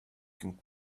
can